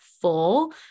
full